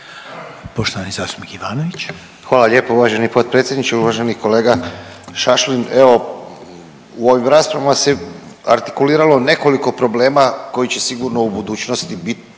Poštovani zastupnik Ivanović.